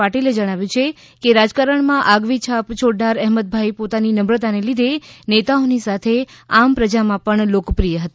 પાટિલે જણાવ્યુ છે કે રાજકારણ માં આગવી છાપ છોડનાર અહમેદભાઇ પોતાની નમ્રતાને લીધે નેતાઓની સાથે આમ પ્રજામાં પણ લોકપ્રિય હતા